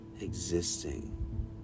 existing